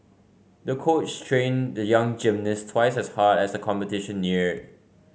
the coach trained the young gymnast twice as hard as the competition neared